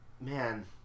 man